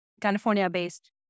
California-based